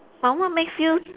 but what makes you